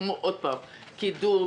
כמו קידום,